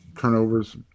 turnovers